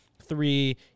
three